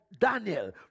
Daniel